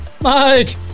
Mike